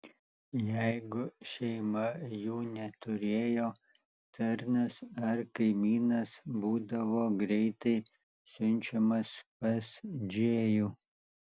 jeigu šeima jų neturėjo tarnas ar kaimynas būdavo greitai siunčiamas pas džėjų